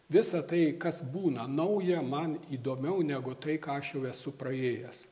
visa tai kas būna nauja man įdomiau negu tai ką aš jau esu praėjęs